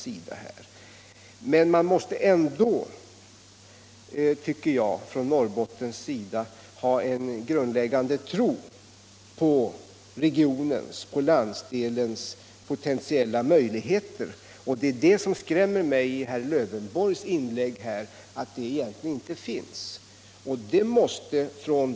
Från Norrbottens sida måste man enligt min mening ändå ha en grundläggande tro på landsdelens potentiella möjligheter, och det som skrämmer mig i herr Lövenborgs inlägg är att den tron egentligen inte finns.